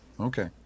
Okay